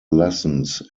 lessons